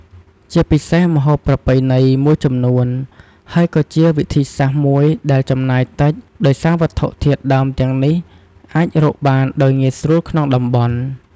ជាពិសេសម្ហូបប្រពៃណីមួយចំនួន ហើយក៏ជាវិធីសាស្ត្រមួយដែលចំណាយតិច ដោយសារវត្ថុធាតុដើមទាំងនេះអាចរកបានដោយងាយស្រួលក្នុងតំបន់។